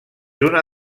una